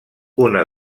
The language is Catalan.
una